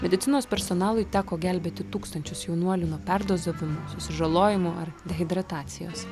medicinos personalui teko gelbėti tūkstančius jaunuolių nuo perdozavimų susižalojimų ar dehidratacijos